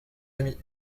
amis